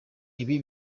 ibi